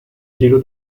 giro